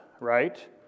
right